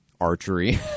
archery